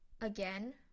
again